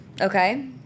Okay